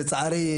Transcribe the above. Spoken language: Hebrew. לצערי,